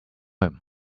him